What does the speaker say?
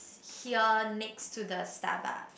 here next to the Starbucks